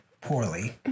Poorly